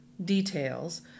Details